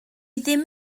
ddim